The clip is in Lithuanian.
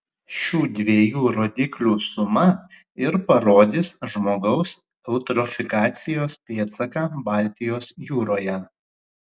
šių dviejų rodiklių suma ir parodys žmogaus eutrofikacijos pėdsaką baltijos jūroje